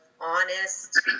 honest